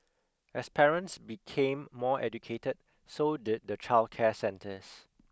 as parents became more educated so did the childcare centres